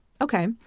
Okay